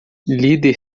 líder